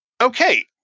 okay